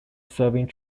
serving